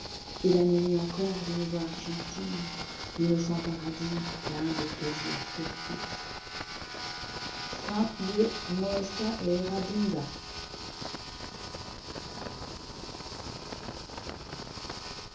et l'animer encor d'une voix argentine l'innocent paradis plein de plaisirs furtifs